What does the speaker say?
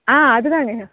ஆ அதுதான்ங்கய்யா